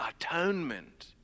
atonement